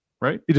right